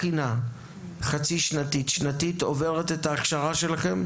מכינה, חצי שנתית או שנתית, עוברת את ההכשרה שלכם?